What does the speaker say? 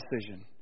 decision